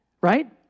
right